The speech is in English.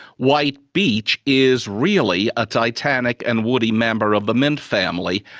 white beech is really a titanic and woody member of the mint family,